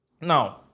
Now